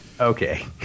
Okay